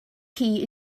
key